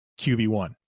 QB1